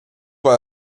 war